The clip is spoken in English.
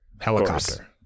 Helicopter